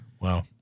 Wow